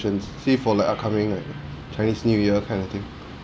~ions say for like upcoming like chinese new year kind of thing